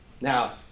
Now